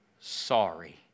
sorry